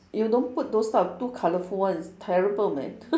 you don't put those type of too colourful ones terrible man